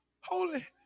Holy